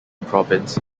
province